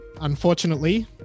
unfortunately